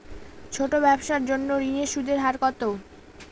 ছোট ব্যবসার জন্য ঋণের সুদের হার কত?